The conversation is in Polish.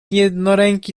jednoręki